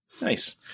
Nice